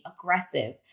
aggressive